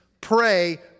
pray